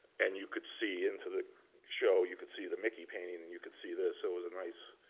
and you could see into the show, you could see the mickey painting and you could see this. so it was nice.